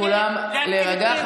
כולם להירגע.